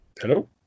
Hello